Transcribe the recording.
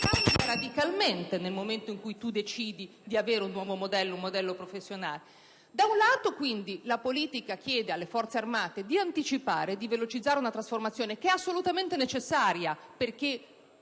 cambia radicalmente nel momento in cui si decide di passare ad un modello professionale. Da un lato, la politica chiede alle Forze armate di anticipare e velocizzare una trasformazione assolutamente necessaria,